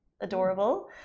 Adorable